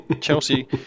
chelsea